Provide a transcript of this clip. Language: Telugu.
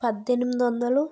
పద్దెనిమిది వందలు